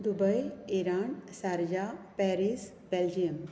Dubai Iran सारजांव Paris Belgium